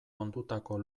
ondutako